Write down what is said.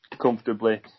comfortably